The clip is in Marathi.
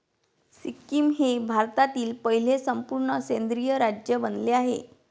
सिक्कीम हे भारतातील पहिले संपूर्ण सेंद्रिय राज्य बनले आहे